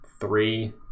three